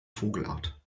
vogelart